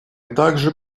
также